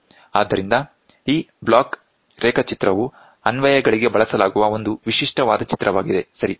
ಆದ್ದರಿಂದ ಈ ಬ್ಲಾಕ್ ರೇಖಾಚಿತ್ರವು ಅನ್ವಯಗಳಿಗೆ ಬಳಸಲಾಗುವ ಒಂದು ವಿಶಿಷ್ಟ ವಾದ ಚಿತ್ರವಾಗಿದೆ ಸರಿ